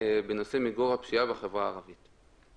בנושא מיגור הפשיעה בחברה הערבית.